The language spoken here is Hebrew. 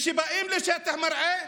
כשבאים לשטח מרעה,